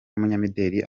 n’umunyamideli